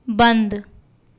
बंद